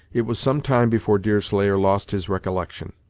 it was some time before deerslayer lost his recollection.